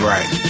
Right